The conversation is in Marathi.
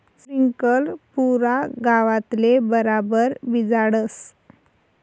स्प्रिंकलर पुरा गावतले बराबर भिजाडस